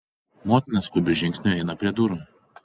motina skubiu žingsniu eina prie durų